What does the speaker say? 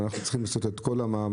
אבל אנחנו צריכים לעשות את כל המאמץ,